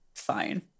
fine